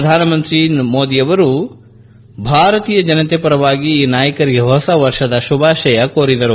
ಪ್ರಧಾನಮಂತ್ರಿ ಮೋದಿ ಅವರು ಭಾರತೀಯ ಜನತೆ ಪರವಾಗಿ ಈ ನಾಯಕರಿಗೆ ಹೊಸ ವರ್ಷದ ಶುಭಾಶಯಗಳನ್ನು ಕೋರಿದರು